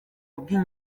bw’iyi